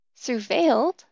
Surveilled